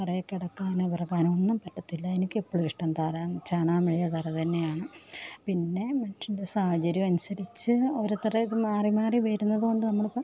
തറയിൽ കിടക്കാനോ ഉറങ്ങാനൊന്നും പറ്റത്തില്ല എനിക്കെപ്പഴും ഇഷ്ടം തറ ചാണകം മെഴുകിയ തറ തന്നെയാണ് പിന്നെ മനുഷ്യൻ്റെ സാഹചര്യം അനുസരിച്ച് ഓരോത്തരുടെ ഇത് മാറി മാറി വരുന്നത് കൊണ്ട് നമ്മൾ ഇപ്പം